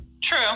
True